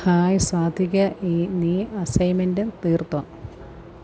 hi സ്വാതികേ ഈ നീ അസൈൻമെൻറും തീർത്തോ